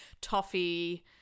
toffee